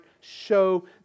show